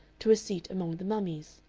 to a seat among the mummies.